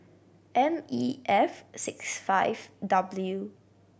M E F six five W